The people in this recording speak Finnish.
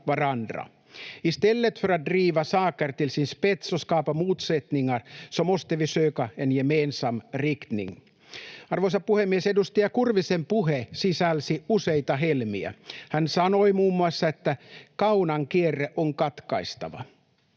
Arvoisa puhemies! Edustaja Kurvisen puhe sisälsi useita helmiä. Hän sanoi muun muassa, että kaunan kierre on katkaistava.